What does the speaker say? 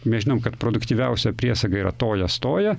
mes žinom kad produktyviausia priesaga yra tojas toja